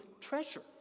treasure